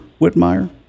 Whitmire